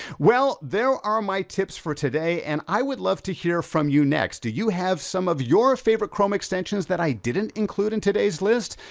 well, there are my tips for today. and i would love to hear from you next. do you have some of your favorite chrome extensions that i didn't include in today's list?